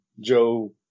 Joe